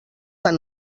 tan